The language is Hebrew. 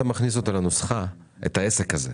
אתה מכניס לנוסחה את העסק הזה,